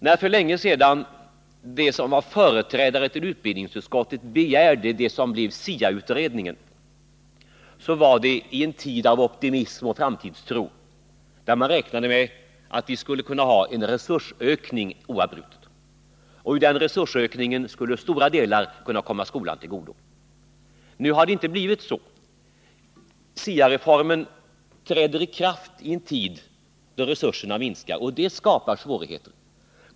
När för länge : sedan företrädare för utbildningsutskottet begärde det som blev SIA utredningen var det i en tid av optimism och framtidstro, där man räknade med en oavbruten resursökning. Av den resursökningen skulle stora delar kunna komma skolan till godo. Nu har det inte blivit så. SIA-reformen träder i kraft i en tid då resurserna minskar, och det skapar svårigheter.